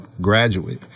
graduate